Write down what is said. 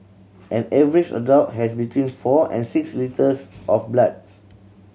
an average adult has between four and six litres of blood